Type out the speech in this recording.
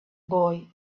boy